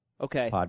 Okay